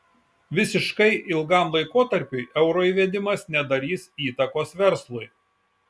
visiškai ilgam laikotarpiui euro įvedimas nedarys įtakos verslui